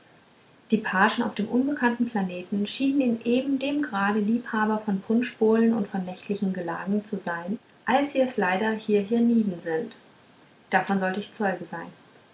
die pagen auf dem unbekannten planeten schienen in eben dem grade liebhaber von punschbowlen und von nächtlichen gelagen zu sein als sie es leider hier hienieden sind davon sollte ich zeuge sein